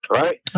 right